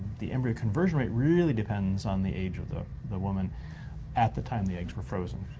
the embryo conversion rate really depends on the age of the the woman at the time the eggs were frozen.